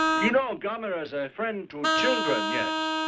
you know, gamera is a friend to children, yes?